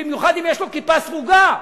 במיוחד אם יש לו כיפה סרוגה.